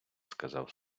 сказав